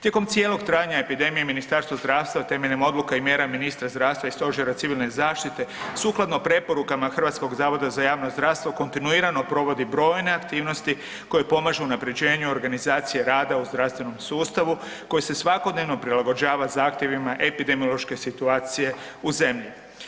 Tijekom cijelog trajanja epidemije, Ministarstvo zdravstva temeljem odluka i mjera ministra zdravstva i Stožera civilne zaštite sukladno preporukama HZJZ-a kontinuirano provodi brojne aktivnosti koje pomažu unaprjeđenju i organizacije rada u zdravstvenom sustavu koji se svakodnevno prilagođava zahtjevima epidemiološke situacije u zemlji.